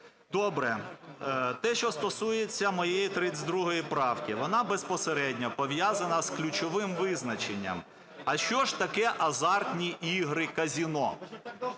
Добре. Те, що стосується моєї 32 правки. Вона безпосередньо пов'язана з ключовим визначенням, а що ж таке азартні ігри казино.